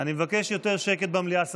אני מבקש יותר שקט במליאה,